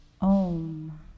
Om